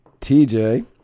TJ